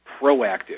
proactive